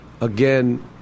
again